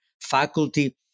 faculty